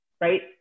right